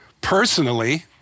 Personally